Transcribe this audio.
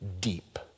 deep